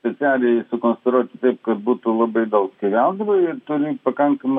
specialiai sukonstruoti taip kad būtų labai daug skeveldrų ir turi pakankamai